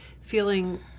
feeling